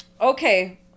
Okay